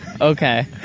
Okay